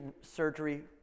surgery